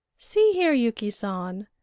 see here, yuki san,